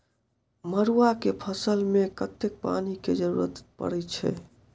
मड़ुआ केँ फसल मे कतेक पानि केँ जरूरत परै छैय?